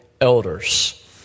elders